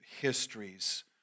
histories